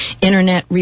Internet